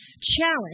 Challenge